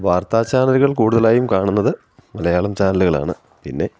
വാർത്താച്ചാനലുകൾ കൂടുതലായും കാണുന്നത് മലയാളം ചാനലുകളാണ് പിന്നെ